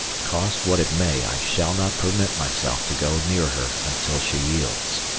cost what it may, i shall not permit myself to go near her until she yields.